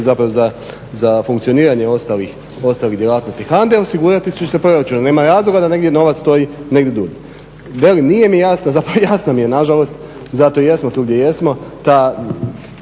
dakako i za funkcioniranje ostalih djelatnosti HANDA, osigurat će se proračun. Nema razloga da novac stoji negdje drugdje. Velim, nije mi jasno zapravo jasno mi je nažalost zato jesmo tu gdje jesmo ta